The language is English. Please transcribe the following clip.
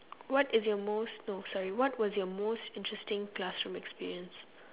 what is your most no sorry what was your most interesting classroom experience